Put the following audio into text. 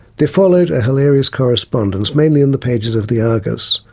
there followed a hilarious correspondence, mainly in the pages of the argus,